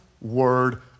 word